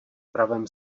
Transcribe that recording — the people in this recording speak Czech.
pravém